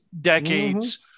decades